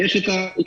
ויש את היתרון,